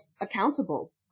accountable